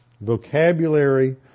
vocabulary